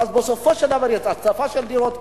ואז בסופו של דבר יש הצפה של דירות,